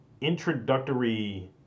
introductory